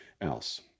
else